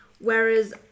Whereas